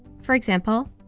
for example,